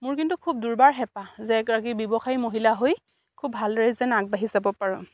মোৰ কিন্তু খুব দুৰ্বাৰ হেঁপাহ যে এগৰাকী ব্যৱসায়ী মহিলা হৈ খুব ভালদৰে যেন আগবাঢ়ি যাব পাৰোঁ